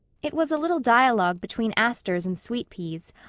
it was a little dialogue between asters and sweet-peas,